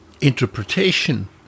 interpretation